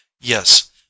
Yes